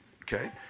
okay